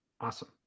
Awesome